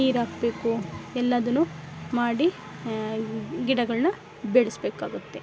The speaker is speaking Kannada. ನೀರಾಕ್ಬೇಕು ಎಲ್ಲಾದನ್ನು ಮಾಡಿ ಗಿಡಗಳನ್ನ ಬೆಳೆಸ್ಬೇಕಾಗತ್ತೆ